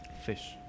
fish